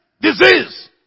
disease